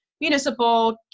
municipal